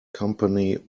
company